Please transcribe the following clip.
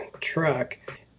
truck